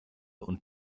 und